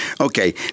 Okay